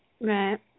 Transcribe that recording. right